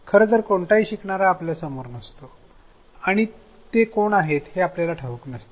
खरं तर कोणताही शिकणारा आपल्या समोर नसतो आणि ते कोण आहेत हे आपल्याला ठाऊक नसते